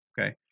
Okay